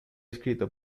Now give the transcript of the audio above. escrito